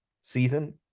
season